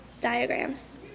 diagrams